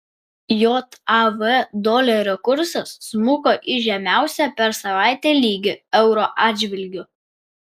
jav dolerio kursas smuko į žemiausią per savaitę lygį euro atžvilgiu